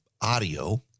audio